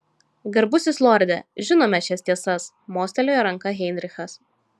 garbusis lorde žinome šias tiesas mostelėjo ranka heinrichas